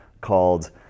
called